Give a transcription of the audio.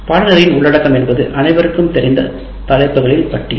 பாடநெறியின் உள்ளடக்கம் என்பது அனைவருக்கும் தெரிந்த தலைப்புகளின் பட்டியல்